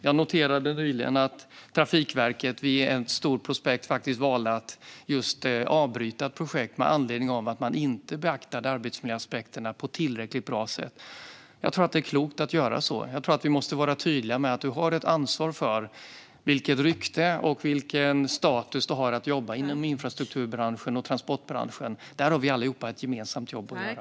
Jag noterade nyligen att Trafikverket vid ett stort projekt valde att avbryta det med anledning av att arbetsmiljöaspekterna inte beaktades på ett tillräckligt bra sätt. Jag tror att det är klokt att göra så. Vi måste nog vara tydliga med att man har ett ansvar för vilket rykte och vilken status man har om man jobbar inom infrastruktur och transportbranschen. Där har vi alla ett gemensamt jobb att göra.